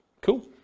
Cool